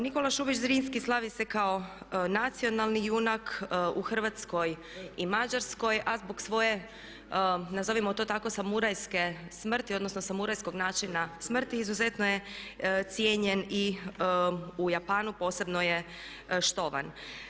Nikola Šubić Zrinski slavi se kao nacionalni junak u Hrvatskoj i Mađarskoj a zbog svoje nazovimo to tako samurajske smrti, odnosno samurajskog načina smrti izuzetno je cijenjen i u Japanu, posebno je štovan.